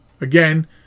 Again